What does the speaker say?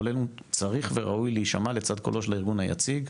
קולנו צריך וראוי להישמע לצד קולו של הארגון המייצג.